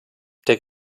der